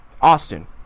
Austin